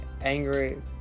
angry